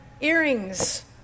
earrings